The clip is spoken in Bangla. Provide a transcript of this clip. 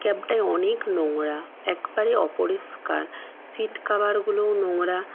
ক্যাবটায় অনেক নোংরা একবারে অপরিষ্কার সিট কাভারগুলোও নোংরা